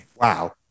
Wow